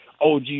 OG